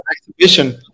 exhibition